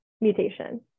mutation